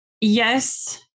Yes